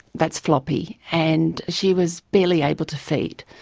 that's floppy. and she was barely able to feed.